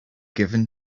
given